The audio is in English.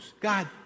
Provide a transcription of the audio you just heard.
God